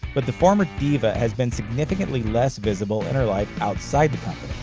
but the former diva has been significantly less visible in her life outside the